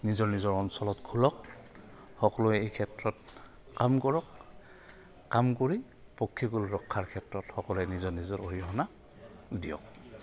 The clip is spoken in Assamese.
নিজৰ নিজৰ অঞ্চলত খোলক সকলোৱে এই ক্ষেত্ৰত কাম কৰক কাম কৰি পক্ষীক ৰক্ষাৰ ক্ষেত্ৰত সকলোৱে নিজৰ নিজৰ অৰিহণা দিয়ক